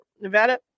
Nevada